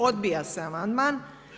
Odbija se amandman.